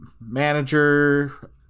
manager